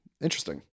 Interesting